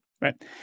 right